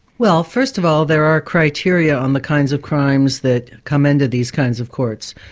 well first of all, there are criteria on the kinds of crimes that come in to these kinds of courts.